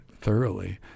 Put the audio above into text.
thoroughly